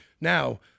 Now